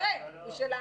הוא שלנו.